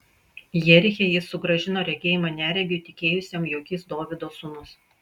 jeriche jis sugrąžino regėjimą neregiui tikėjusiam jog jis dovydo sūnus